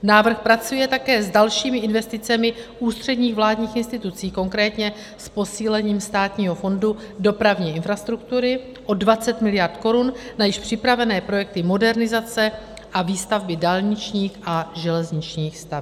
Návrh pracuje také s dalšími investicemi ústředních vládních institucí, konkrétně s posílením Státního fondu dopravní infrastruktury o 20 mld. korun na již připravené projekty modernizace a výstavby dálničních a železničních staveb.